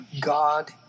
God